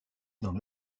dans